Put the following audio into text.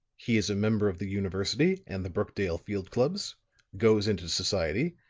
he is a member of the university and the brookdale field clubs goes into society,